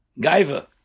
Gaiva